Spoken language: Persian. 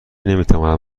نمیتواند